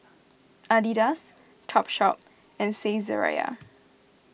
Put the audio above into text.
Adidas Topshop and Saizeriya